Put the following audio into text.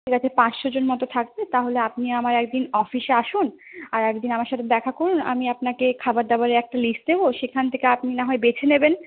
ঠিক আছে পাঁচশো জন মতো থাকবে তা হলে আপনি আমার একদিন অফিসে আসুন আর একদিন আমার সাথে দেখা করুন আমি আপনাকে খাবার দাবারের একটা লিস্ট দেব সেখান থেকে আপনি না হয় বেছে নেবেন